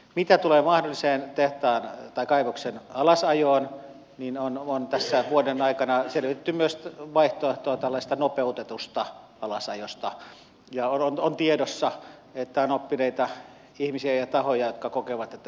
mitä tulee mahdolliseen tehtaan tai kaivoksen alasajoon niin on tässä vuoden aikana selvitetty myös vaihtoehtoa tällaisesta nopeutetusta alasajosta ja on tiedossa että on oppineita ihmisiä ja tahoja jotka kokevat että se on mahdollista